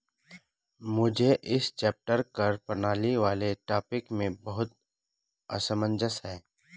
मुझे इस चैप्टर कर प्रणाली वाले टॉपिक में बहुत असमंजस है